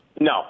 No